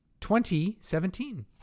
2017